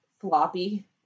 floppy